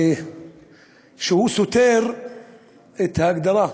שסותר את ההגדרה,